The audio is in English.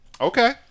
Okay